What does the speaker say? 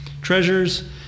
Treasures